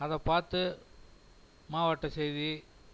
அதை பார்த்து மாவட்ட செய்தி